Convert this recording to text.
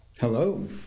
Hello